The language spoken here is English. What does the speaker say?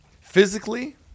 physically